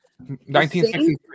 1963